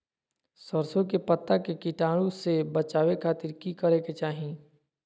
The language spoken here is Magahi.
सरसों के पत्ता के कीटाणु से बचावे खातिर की करे के चाही?